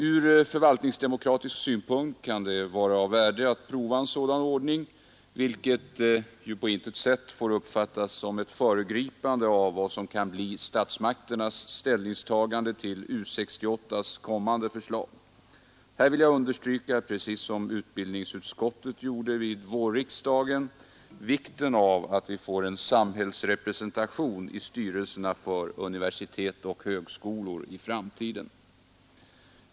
Ur förvaltningsdemokratisk synpunkt kan det vara av värde att prova en sådan ordning, även om förfarandet på intet sätt får uppfattas som ett föregripande av vad som kan bli statsmakternas ställningstagande till U 68:s kommande förslag. Jag vill understryka, precis som utbildningsutskottet gjorde under vårriksdagen, vikten av att vi får en samhällsrepresentation i styrelserna för universitet och högskolor i framtiden.